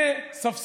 מלא.